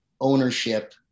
ownership